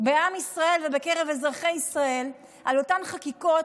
בעם ישראל ובקרב אזרחי ישראל על אותן חקיקות,